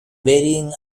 varying